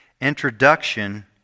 introduction